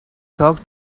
talk